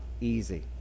easy